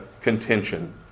contention